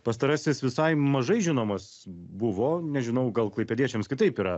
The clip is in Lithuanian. pastarasis visai mažai žinomas buvo nežinau gal klaipėdiečiams kitaip yra